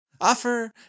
offer